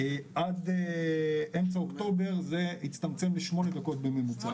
עד אמצע אוקטובר זה הצטמצם לשמונה דקות בממוצע.